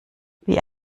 wie